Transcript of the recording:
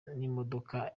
n’imodoka